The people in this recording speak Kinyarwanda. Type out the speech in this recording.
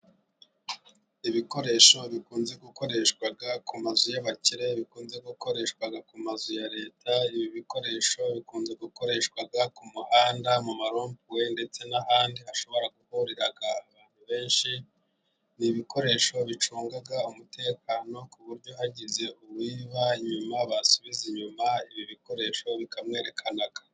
Ibikoresho bikunze gukoreshwa ku mazu y'abakire, bikunze gukoreshwa no ku mazu ya leta, ibi bikoresho bikunze gukoreshwa ku muhanda, mu maropuwe ndetse n'ahandi, hashobora guhurira abantu benshi ni ibikoresho bicunga umutekano, ku buryo hagize uwiba nyuma basubiza inyuma ibi bikoresho bikamwerekana.